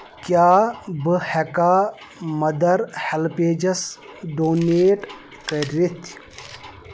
کیاہ بہٕ ہٮ۪کا مَدر ہیٚلپیجَس ڈونیٹ کٔرِتھ